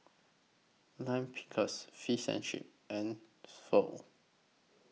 Lime Pickles Fish and Chips and Pho